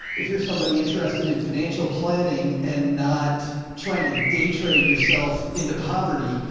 if you're somebody interested in financial planning and not trying to day trade yourself into poverty,